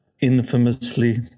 infamously